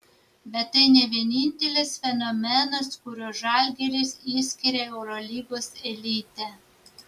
bet tai ne vienintelis fenomenas kuriuo žalgiris išskiria eurolygos elite